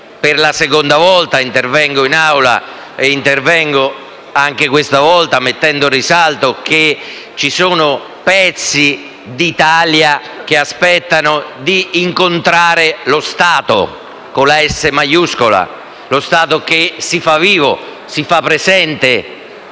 Per la seconda volta intervengo in Aula per mettere in risalto che ci sono pezzi d'Italia che aspettano di incontrare lo Stato con la S maiuscola; lo Stato che si fa vivo, si fa presente,